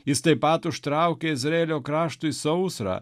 jis taip pat užtraukė izraelio kraštui sausrą